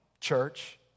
church